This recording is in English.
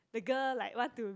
the girl like want to